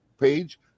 page